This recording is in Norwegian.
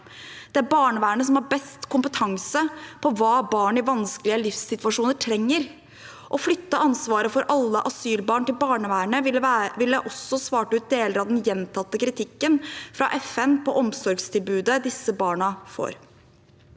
Det er barnevernet som har best kompetanse på hva barn i vanskelige livssituasjoner trenger. Å flytte ansvaret for alle asylbarn til barnevernet ville også svart ut deler av den gjentatte kritikken fra FN når det gjelder omsorgstilbudet disse barna får.